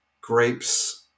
grapes